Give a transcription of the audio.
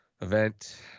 event